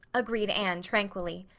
agreed anne tranquilly.